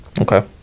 Okay